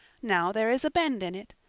now there is a bend in it.